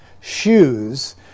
shoes